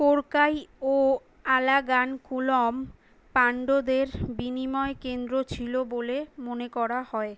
কোরকাই ও আলাগানকুলম পাণ্ড্যদের বিনিময় কেন্দ্র ছিল বলে মনে করা হয়